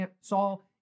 Saul